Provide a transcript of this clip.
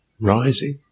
rising